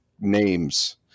names